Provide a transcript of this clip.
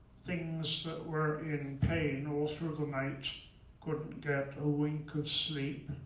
things that were in pain all through the night couldn't get a wink of sleep.